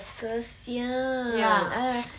kesian !hais!